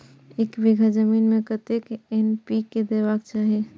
एक बिघा जमीन में कतेक एन.पी.के देबाक चाही?